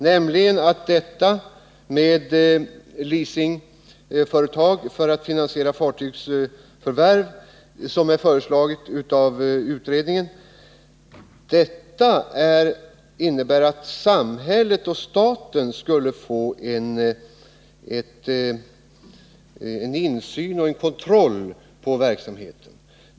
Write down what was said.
Om man använder sig av leasingföretag för att finansiera fartygsförvärv, som föreslås av utredningen, får samhället och staten insyn i och kontroll över verksamheten.